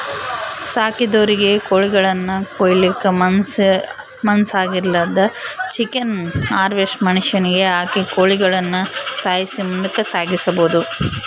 ಸಾಕಿದೊರಿಗೆ ಕೋಳಿಗುಳ್ನ ಕೊಲ್ಲಕ ಮನಸಾಗ್ಲಿಲ್ಲುದ್ರ ಚಿಕನ್ ಹಾರ್ವೆಸ್ಟ್ರ್ ಮಷಿನಿಗೆ ಹಾಕಿ ಕೋಳಿಗುಳ್ನ ಸಾಯ್ಸಿ ಮುಂದುಕ ಸಾಗಿಸಬೊದು